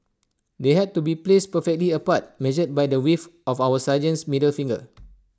they had to be placed perfectly apart measured by the width of our sergeants middle finger